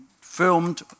filmed